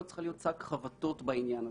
לא צריכה שק חבטות בעניין הזה.